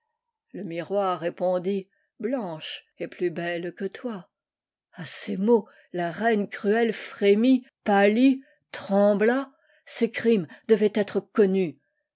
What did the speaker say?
le miroir répondit blanche est plus belle que toi a ces mots la reine cruelle frémit pâlit trembla ses crimes devaient ctrf connus